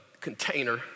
container